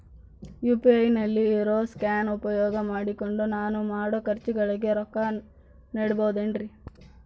UPI ನಲ್ಲಿ ಇರೋ scan ಉಪಯೋಗ ಮಾಡಿಕೊಂಡು ನಾನು ಮಾಡೋ ಖರ್ಚುಗಳಿಗೆ ರೊಕ್ಕ ನೇಡಬಹುದೇನ್ರಿ?